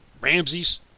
Ramsey's